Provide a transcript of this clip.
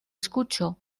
escucho